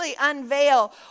unveil